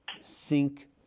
sink